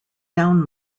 down